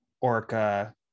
Orca